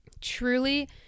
truly